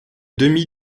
demi